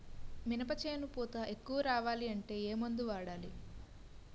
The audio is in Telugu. మినప చేను పూత ఎక్కువ రావాలి అంటే ఏమందు వాడాలి?